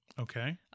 Okay